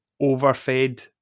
overfed